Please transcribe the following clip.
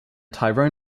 tyrone